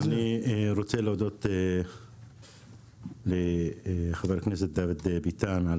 אני רוצה להודות לחבר הכנסת דוד ביטן על